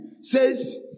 says